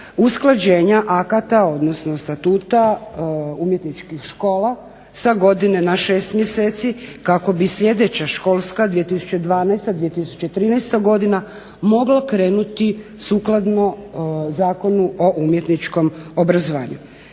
usklađenja akata, odnosno statuta umjetničkih škola sa godine na 6 mjeseci kako bi sljedeća školska 2012/2013. godina mogla krenuti sukladno Zakonu o umjetničkom obrazovanju.